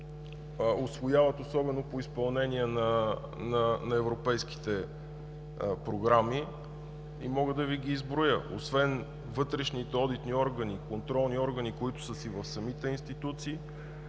усвояват, особено по изпълнение на европейските програми. И мога да Ви ги изброя – освен вътрешните одитни и контролни органи, които са в самите институции,